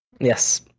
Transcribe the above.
yes